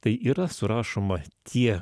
tai yra surašoma tie